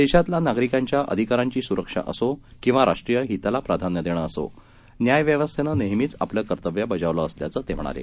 देशातल्यानागरीकांच्याअधिकारांचीसुरक्षाअसो किंवाराष्ट्रीयहितालाप्राधान्यदेणंअसो न्यायव्यवस्थेनंनेहमीआपलंकर्तव्यबजावलंअसल्याचंतेम्हणाले